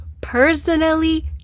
Personally